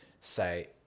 say